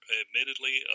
admittedly